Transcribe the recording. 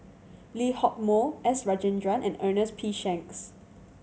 Lee Hock Moh S Rajendran and Ernest P Shanks